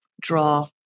Draw